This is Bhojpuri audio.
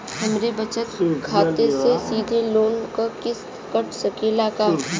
हमरे बचत खाते से सीधे लोन क किस्त कट सकेला का?